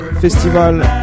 festival